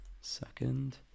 Second